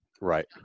Right